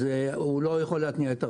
אז הוא לא יכול להתניע את הרכב.